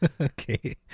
Okay